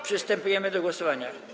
Przystępujemy do głosowania.